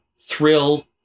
thrill